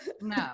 no